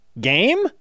game